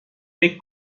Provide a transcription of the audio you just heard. فکر